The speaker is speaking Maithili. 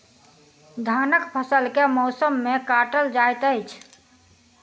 धानक फसल केँ मौसम मे काटल जाइत अछि?